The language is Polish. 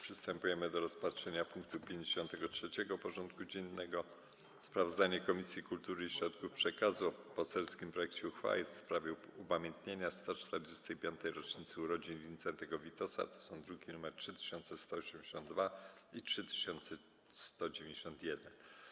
Przystępujemy do rozpatrzenia punktu 53. porządku dziennego: Sprawozdanie Komisji Kultury i Środków Przekazu o poselskim projekcie uchwały w sprawie upamiętnienia 145. rocznicy urodzin Wincentego Witosa (druki nr 3182 i 3191)